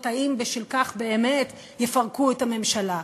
האם בשל כך באמת יפרקו את הממשלה,